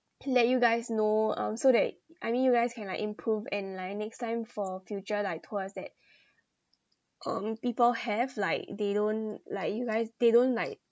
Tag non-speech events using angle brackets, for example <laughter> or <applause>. let you guys know um so that I mean you guys can like improve and like next time for future like tours that <breath> um people have like they don't like you guys they don't like